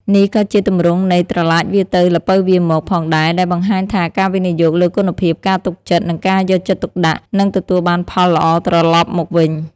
នេះក៏ជាទម្រង់នៃ "ត្រឡាចវារទៅ ល្ពៅវារមក" ផងដែរ ដែលបង្ហាញថាការវិនិយោគលើគុណភាព ការទុកចិត្ត និងការយកចិត្តទុកដាក់នឹងទទួលបានផលល្អត្រឡប់មកវិញ។